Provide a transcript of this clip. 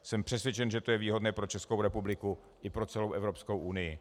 Jsem přesvědčen, že to je výhodné pro Českou republiku i pro celou Evropskou unii.